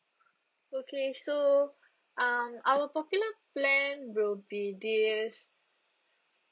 okay so um our popular plan will be this